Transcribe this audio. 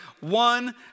one